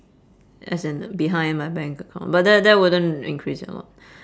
as in behind my bank account but that that wouldn't increase it a lot